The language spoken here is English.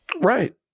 Right